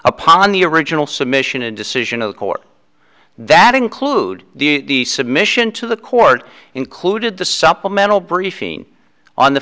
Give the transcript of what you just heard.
upon the original submission a decision of the court that include the submission to the court included the supplemental briefing on the